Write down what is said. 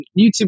YouTube